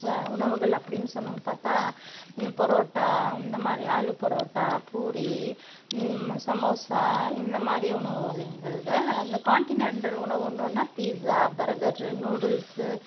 ச உணவுகள் அப்படின்னு சொல்லணுன்னு பார்த்தா இந்த புரோட்டா இந்தமாதிரி ஆலு புரோட்டா பூரி சமோசா இந்தமாதிரி உணவு வகைகள்ங்கள் அந்த காண்டினென்ட்டல் உணவுன்னன்னா பீசா பர்கரு நூடுல்ஸ்ஸு